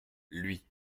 lui